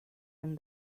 and